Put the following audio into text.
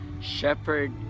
shepherd